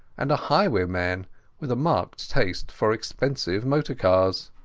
and a highwayman with a marked taste for expensive motor-cars.